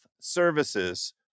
Services